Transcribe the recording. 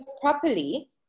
properly